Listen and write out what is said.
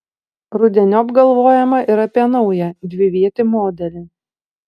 rudeniop galvojama ir apie naują dvivietį modelį